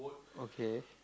okay